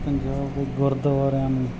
ਪੰਜਾਬ ਦੇ ਗੁਰਦੁਆਰਿਆਂ ਨੂੰ